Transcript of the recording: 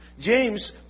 james